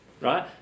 right